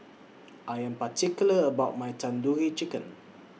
I Am particular about My Tandoori Chicken